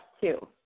two